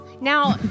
now